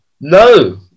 No